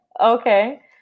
okay